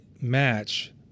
match